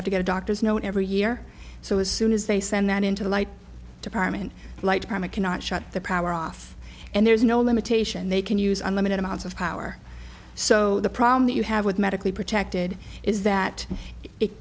have to get a doctor's note every year so as soon as they send that into the light department light from a cannot shut the power off and there's no limitation they can use unlimited amounts of power so the problem that you have with medically protected is that it